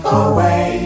away